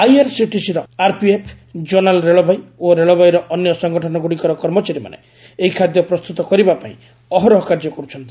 RRCTC RPF କୋନାଲ ରେଳବାଇ ଓ ରେଳବାଇର ଅନ୍ୟ ସଂଗଠନଗୁଡ଼ିକର କର୍ମଚାରୀମାନେ ଏହି ଖାଦ୍ୟ ପ୍ରସ୍ତୁତ କରିବା ପାଇଁ ଅହରହ କାର୍ଯ୍ୟ କରୁଛନ୍ତି